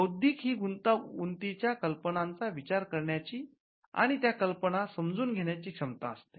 बौद्धिक ही गुंतागुंतीच्या कल्पनांचा विचार करण्याची आणि त्या कल्पना समजून घेण्याची क्षमता असते